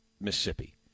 Mississippi